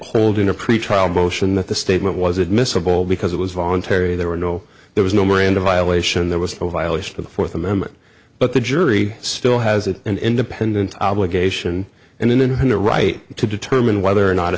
hold in a pretrial motion that the statement was admissible because it was voluntary there were no there was no miranda violation there was no violation of the fourth amendment but the jury still has an independent obligation and in her right to determine whether or not a